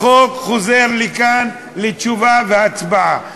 החוק חוזר לכאן לתשובה והצבעה.